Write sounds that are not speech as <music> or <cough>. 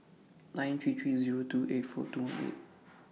nine three three Zero two eight four two <noise> one eight